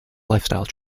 lifestyle